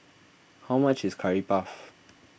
how much is Curry Puff